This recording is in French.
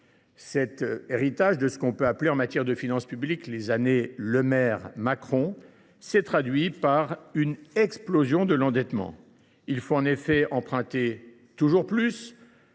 Cet héritage de ce que l’on peut appeler, en matière de finances publiques, les « années Le Maire – Macron », s’est traduit par une explosion de l’endettement. Il faut en effet emprunter toujours plus